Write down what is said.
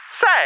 Say